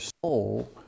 soul